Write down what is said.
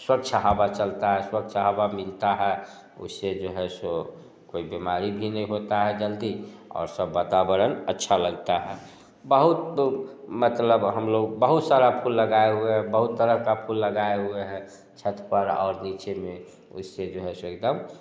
स्वच्छ हवा चलता है स्वच्छ हवा मिलता है उससे जो है सो कोई बीमारी भी नहीं होता है जल्दी और सब वातावरण अच्छा लगता है बहुत मतलब हम लोग बहुत सारा फूल लगाए हुए हैं बहुत तरह का फूल लगाए हुए हैं छत पर और नीचे में उससे जो है सो एकदम